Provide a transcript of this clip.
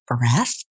breath